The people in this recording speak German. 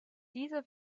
dieser